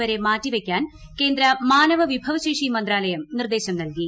വരെ മാറ്റിവയ്ക്കാൻ കേന്ദ്ര മാനവ വിഭവ ശേഷി മന്ത്രാലയം നിർദ്ദേശം നൽകി